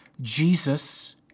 Jesus